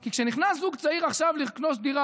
כי כשנכנס זוג צעיר לרכוש עכשיו דירה